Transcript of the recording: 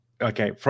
okay